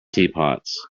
teapots